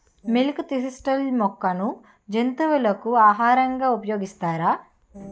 Milk thistle మొక్కను జంతువులకు ఆహారంగా ఉపయోగిస్తారా?